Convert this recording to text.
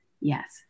Yes